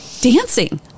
dancing